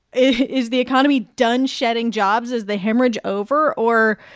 is the economy done shedding jobs? is the hemorrhage over, or